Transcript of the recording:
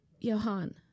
Johan